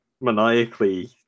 maniacally